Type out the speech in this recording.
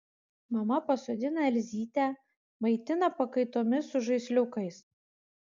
mama pasodina elzytę maitina pakaitomis su žaisliukais